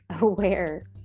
aware